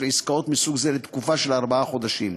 עסקאות מסוג זה לתקופה של ארבעה חודשים.